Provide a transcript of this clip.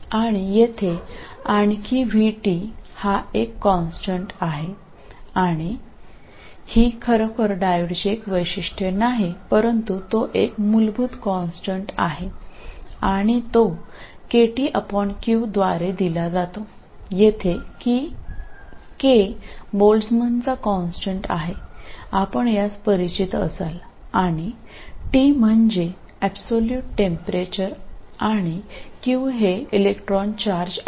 आणि येथे आणखी Vt हा एक कॉन्स्टंट आहे आणि ही खरोखर डायोडची एक वैशिष्ट नाही परंतु तो एक मूलभूत कॉन्स्टंट आहे आणि तो kTq द्वारे दिला जातो येथे k बोल्टझ्मनचा कॉन्स्टंट आहे आपण यास परिचित असाल आणि T म्हणजे एबसोलुट तापमान आणि q हे इलेक्ट्रॉन चार्ज आहे